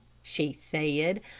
she said,